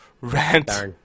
Rant